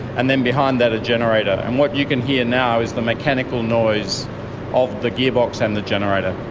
and then behind that a generator. and what you can hear now is the mechanical noise of the gearbox and the generator.